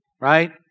right